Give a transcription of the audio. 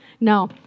no